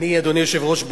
אדוני היושב-ראש,